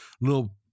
little